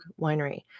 winery